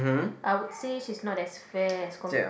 I would say she's not as fair as com~